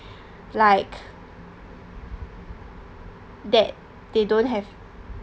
like that they don't have